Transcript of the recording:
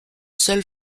seul